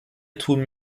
tun